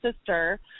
sister